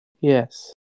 Yes